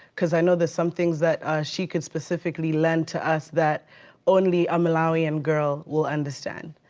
cause i know there's some things that she could specifically lend to us, that only a malawian girl will understand.